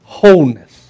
wholeness